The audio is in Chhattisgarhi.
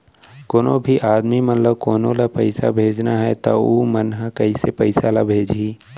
कोन्हों भी आदमी मन ला कोनो ला पइसा भेजना हवय त उ मन ह कइसे पइसा ला भेजही?